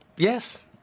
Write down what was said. Yes